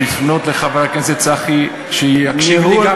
לפנות לחבר הכנסת צחי שיקשיב לי?